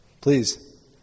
please